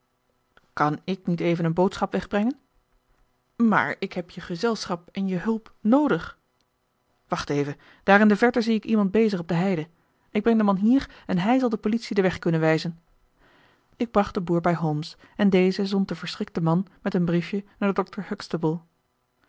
kan ik niet even een boodschap wegbrengen maar ik heb je gezelschap en je hulp noodig wacht even daar in de verte zie ik iemand bezig op de heide ik breng den man hier en hij zal de politie den weg kunnen wijzen ik bracht den boer bij holmes en deze zond den verschrikten man met een briefje naar dr